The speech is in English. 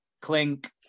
Clink